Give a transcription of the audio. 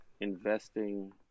investing